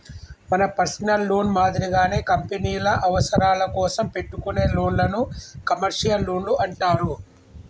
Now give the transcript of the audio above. మన personal loan మాదిరిగానే కంపెనీల అవసరాల కోసం పెట్టుకునే లోన్లను కమర్షియల్ లోన్లు అంటారు